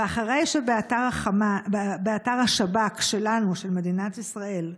ואחרי שבאתר השב"כ שלנו, של מדינת ישראל,